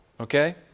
Okay